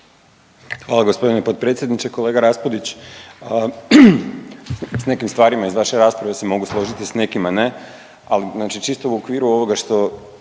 Hvala g. potpredsjedniče. Kolega Raspudić, s nekim stvarima iz vaše rasprave se mogu složiti, s nekima ne, ali znači čisto u okviru ovoga što